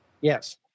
Yes